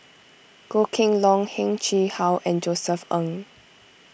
Goh Kheng Long Heng Chee How and Josef Ng